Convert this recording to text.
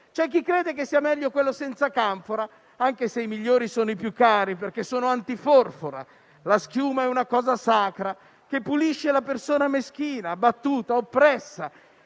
C'è chi crede che sia meglio quello senza canfora, anche se i migliori sono i più cari perché sono antiforfora. La schiuma è una cosa sacra che pulisce la persona meschina, abbattuta e oppressa.